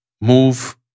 move